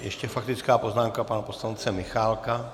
Ještě faktická poznámka pana poslance Michálka.